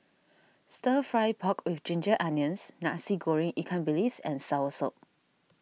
Stir Fry Pork with Ginger Onions Nasi Goreng Ikan Bilis and Soursop